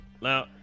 Now